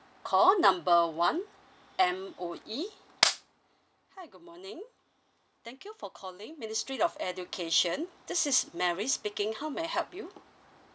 call number one M_O_E hi good morning thank you for calling ministry of education this is mary speaking how may I help you